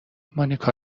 مانیکا